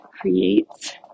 creates